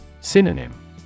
Synonym